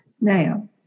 Now